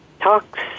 talks